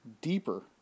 Deeper